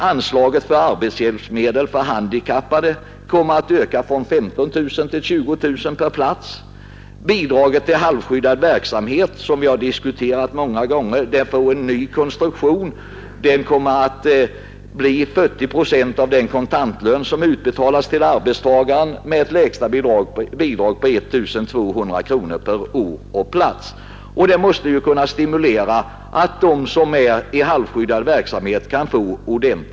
Anslaget till arbetshjälpmedel för handikappade kommer att öka från 15 000 till 20 000 kronor per plats. Bidraget till halvskyddad verksamhet, som vi så många gånger diskuterat, får en ny konstruktion — bidraget föreslås utgå med 40 procent av den utbetalade kontantlönen till arbetstagaren, dock lägst 1 200 kronor per år och plats. Det bör stimulera till att ge ordentliga löner till de anställda i halvskyddad verksamhet.